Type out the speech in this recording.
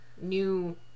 new